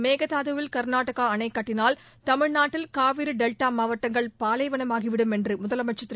மேகதாதுவில் கர்நாடகா அணை கட்டினால் தமிழ்நாட்டில் காவிரி டெல்டா மாவட்டங்கள் பாலைவனமாகிவிடும் என்று முதலமைச்சர் திரு